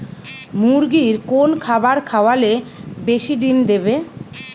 মুরগির কোন খাবার খাওয়ালে বেশি ডিম দেবে?